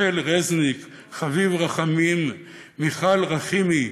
רחל רזניק, חביב רחמים, מיכל רחמימי,